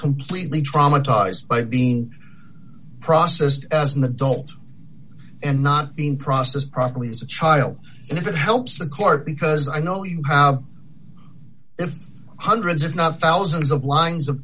completely traumatised by being processed as an adult and not being processed properly as a child if it helps the court because i know you have hundreds if not thousands of lines of